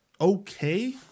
okay